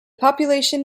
population